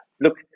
look